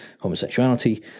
homosexuality